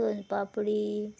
soan papdi